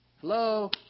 Hello